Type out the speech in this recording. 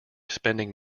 spending